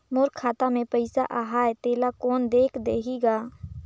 मोर खाता मे पइसा आहाय तेला कोन देख देही गा?